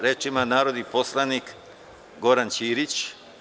Reč ima narodni poslanik Goran Ćirić.